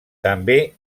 també